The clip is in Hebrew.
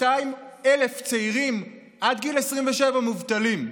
200,000 צעירים עד גיל 27 מובטלים.